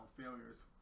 failures